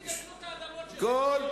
הקיבוצים יעזבו את האדמות שלהם, בדיוק.